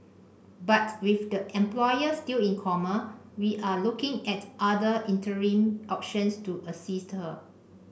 but with the employer still in coma we are looking at other interim options to assist them